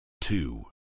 two